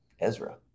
Ezra